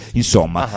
insomma